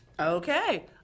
Okay